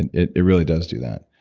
and it it really does do that.